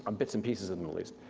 um bits and pieces of them at least,